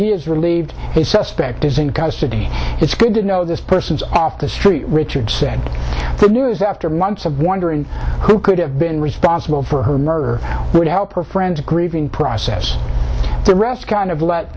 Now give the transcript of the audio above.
he is relieved a suspect is in custody it's good to know this person's off the street richard said good news after months of wondering who could have been responsible for her murder would help her friends a grieving process the rest kind of let